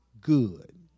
good